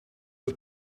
peu